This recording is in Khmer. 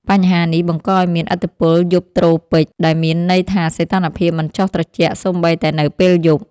បញ្ហានេះបង្កឱ្យមានឥទ្ធិពល យប់ត្រូពិក ដែលមានន័យថាសីតុណ្ហភាពមិនចុះត្រជាក់សូម្បីតែនៅពេលយប់។